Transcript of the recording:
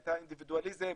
את האינדיבידואליזם,